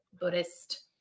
Buddhist